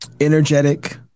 Energetic